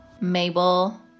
Mabel